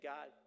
God